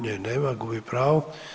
Nje nema, gubi pravo.